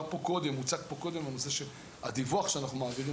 הוצג פה קודם הנושא של הדיווח שאנחנו מעבירים,